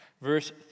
verse